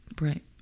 Right